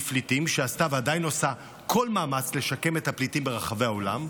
שעשתה ועדיין עושה כל מאמץ לשקם את הפליטים ברחבי העולם,